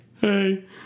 Hey